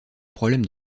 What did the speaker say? problèmes